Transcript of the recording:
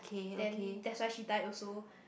then that's why she died also